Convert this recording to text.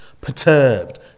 perturbed